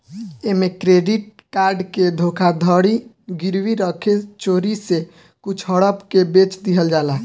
ऐमे credit card के धोखाधड़ी गिरवी रखे चोरी से कुछ हड़प के बेच दिहल जाला